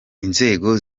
inzego